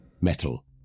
Metal